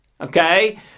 Okay